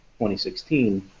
2016